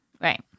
right